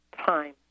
time